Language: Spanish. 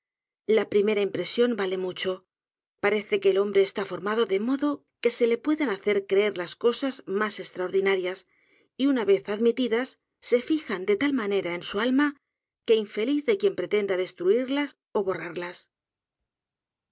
la primera impresión vale mucho parece que el hombre está formado dé modo que se le puedan hacer creer las cosas mas estraordin a d a s y una vez admitidas sefijan de tal manera en su alma que infeliz de quien pretenda destruirlas ó borrarlas